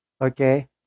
okay